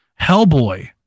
Hellboy